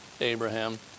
Abraham